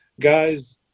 guys